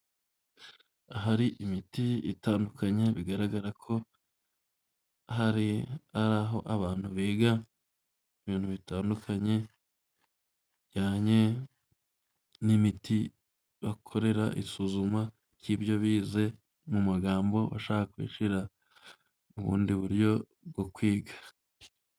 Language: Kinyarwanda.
Ahari imiti itandukanye bigaragara ko hari ari aho abantu biga ibintu bitandukanyejyanye, bijyanye n'imiti bakorera isuzuma ry'ibyo bize, mu magambo bashobora kubishyirara mu bundi buryo bwo kwiga.